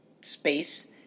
space